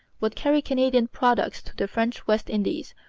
would carry canadian products to the french west indies,